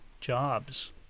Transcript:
jobs